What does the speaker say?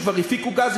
שכבר הפיקו גז,